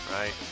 right